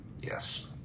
Yes